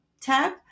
tab